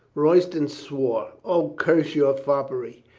royston swore. o, curse your foppery.